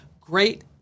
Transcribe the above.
great